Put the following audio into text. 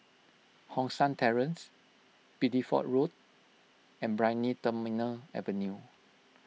Hong San Terrace Bideford Road and Brani Terminal Avenue